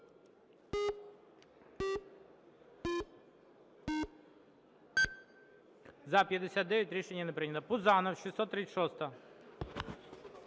За-59 Рішення не прийнято. Пузанов, 636-а.